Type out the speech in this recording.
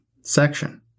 section